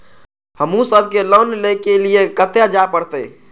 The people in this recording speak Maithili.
हमू सब के लोन ले के लीऐ कते जा परतें?